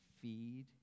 feed